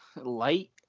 Light